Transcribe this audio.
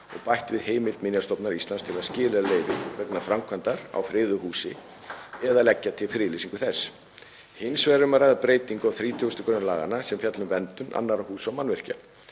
og bætt við heimild Minjastofnunar Íslands til að skilyrða leyfi vegna framkvæmdar á friðuðu húsi eða leggja til friðlýsingu þess. Hins vegar er um að ræða breytingu á 30. gr. laganna sem fjallar um verndun annarra húsa og mannvirkja.